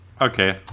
okay